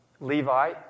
Levi